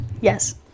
Yes